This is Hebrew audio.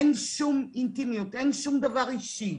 אין שום אינטימיות, אין שום דבר אישי.